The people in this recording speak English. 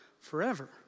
Forever